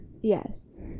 Yes